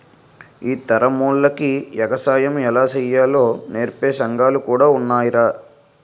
ఈ తరమోల్లకి ఎగసాయం ఎలా సెయ్యాలో నేర్పే సంగాలు కూడా ఉన్నాయ్రా